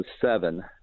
seven